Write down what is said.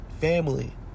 Family